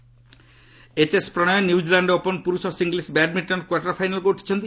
badminton HS Prannoy New Zealand open ପୁରୁଷ singles badminton quarter ଫାଇନାଲ୍କୁ ଉଠିଛନ୍ତି